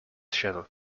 shuttle